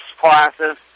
classes